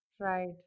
Right